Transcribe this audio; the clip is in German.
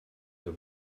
der